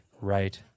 Right